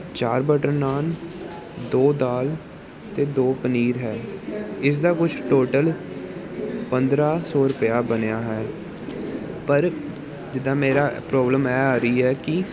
ਚਾਰ ਬਟਰ ਨਾਨ ਦੋ ਦਾਲ ਅਤੇ ਦੋ ਪਨੀਰ ਹੈ ਇਸ ਦਾ ਕੁਛ ਟੋਟਲ ਪੰਦਰਾਂ ਸੌ ਰੁਪਇਆ ਬਣਿਆ ਹੈ ਪਰ ਜਿੱਦਾਂ ਮੇਰਾ ਪ੍ਰੋਬਲਮ ਇਹ ਆ ਰਹੀ ਹੈ ਕਿ